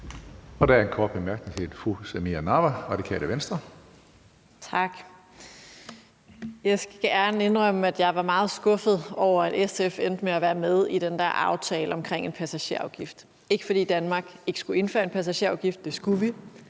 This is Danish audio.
Der er en kort bemærkning til fru Samira Nawa, Radikale Venstre. Kl. 13:39 Samira Nawa (RV): Tak. Jeg skal gerne indrømme, at jeg var meget skuffet over, at SF endte med at være med i den der aftale omkring en passagerafgift, og det var ikke, fordi Danmark ikke skulle indføre en passagerafgift, for det skulle vi.